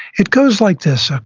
it goes like this. ah